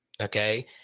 okay